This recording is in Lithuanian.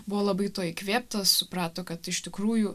buvo labai to įkvėptas suprato kad iš tikrųjų